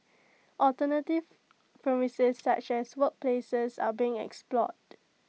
alternative premises such as workplaces are being explored